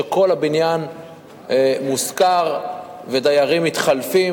שכל הבניין מושכר ודיירים מתחלפים,